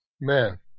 Man